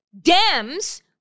Dems